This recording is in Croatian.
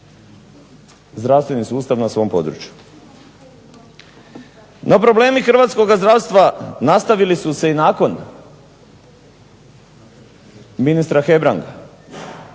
zdravstveni sustav na svom području. No problemi hrvatskoga zdravstva nastavili su se i nakon ministra Hebranga.